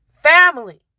family